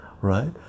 right